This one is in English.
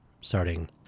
starting